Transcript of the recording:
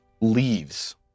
leaves